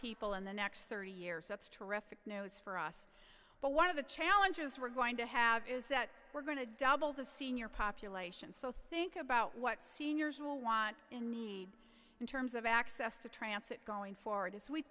people in the next thirty years that's terrific news for us but one of the challenges we're going to have is that we're going to double the senior population so think about what seniors will want and need in terms of access to translate going forward as we